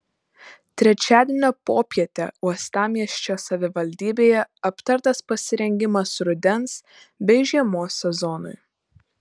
trečiadienio popietę uostamiesčio savivaldybėje aptartas pasirengimas rudens bei žiemos sezonui